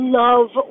love